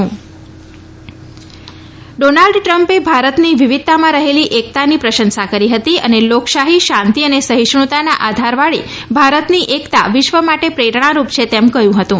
Shri Donald ટ્રમ્પે ભારતની વિવિધતામાં રહેલી એકતાની પ્રશંસા કરી હતી અને લોકશાહી શાંતિ અને સહિષ્યુતાના આધારવાળી ભારતની એકતા વિશ્વ માટે પ્રેરણારૂપ છે તેમ કહ્યું હતું